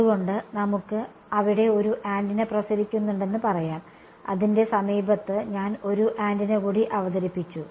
അതുകൊണ്ട് നമുക്ക് അവിടെ ഒരു ആന്റിന പ്രസരിക്കുന്നുണ്ടെന്ന് പറയാം അതിന്റെ സമീപത്ത് ഞാൻ ഒരു ആന്റിന കൂടി അവതരിപ്പിച്ചു